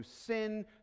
sin